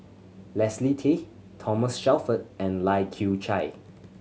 Leslie Tay Thomas Shelford and Lai Kew Chai